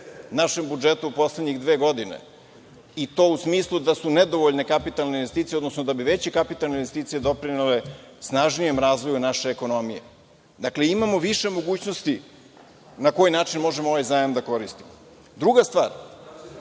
našem budžetu u poslednje dve godine i to u smislu da su nedovoljne kapitalne investicije, odnosno da bi veće kapitalne investicije doprinele snažnijem razvoju naše ekonomije. Dakle, imamo više mogućnosti na koji način možemo ovaj zajam da koristimo. Druga stvar